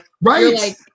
Right